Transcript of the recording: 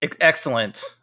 excellent